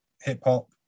hip-hop